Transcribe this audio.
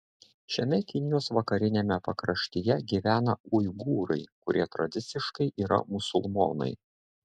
šiame kinijos vakariniame pakraštyje gyvena uigūrai kurie tradiciškai yra musulmonai